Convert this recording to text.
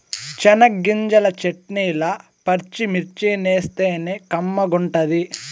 చెనగ్గింజల చెట్నీల పచ్చిమిర్చేస్తేనే కమ్మగుంటది